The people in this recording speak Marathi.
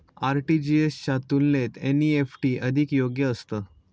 आर.टी.जी.एस च्या तुलनेत एन.ई.एफ.टी अधिक योग्य असतं